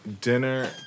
dinner